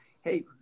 Hey